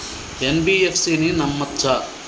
NBFC ని నమ్మచ్చా?